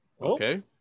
Okay